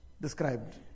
described